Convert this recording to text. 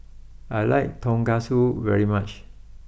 I like Tonkatsu very much